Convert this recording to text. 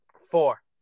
Four